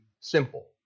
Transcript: simple